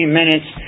minutes